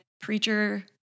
preacher